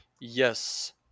Yes